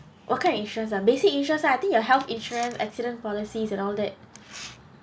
what kind insurance ah basic insurance ah I think your health insurance accident policies and all that